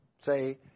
Say